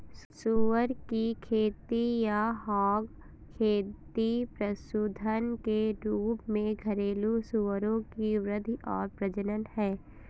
सुअर की खेती या हॉग खेती पशुधन के रूप में घरेलू सूअरों की वृद्धि और प्रजनन है